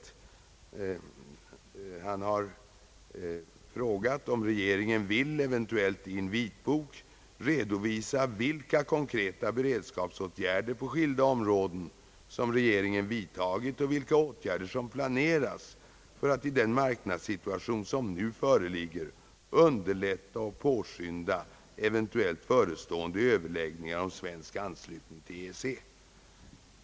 Herr Holmberg har frågat om regeringen vill — eventuellt i en vitbok — redovisa vilka konkreta beredskapsåtgärder på skilda områden som regeringen vidtagit — och vilka åtgärder som planeras — för att i den marknadssituation som nu föreligger underlätta och påskynda eventuellt förestående överläggningar om svensk anslutning till EEC.